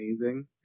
amazing